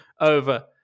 over